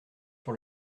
sur